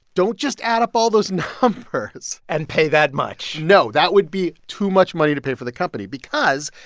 don't just add up all those numbers and pay that much no, that would be too much money to pay for the company because,